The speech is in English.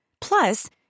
Plus